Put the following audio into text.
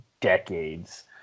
decades